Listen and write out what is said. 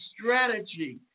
strategy